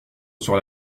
sur